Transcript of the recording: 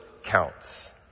Counts